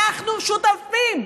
אנחנו שותפים,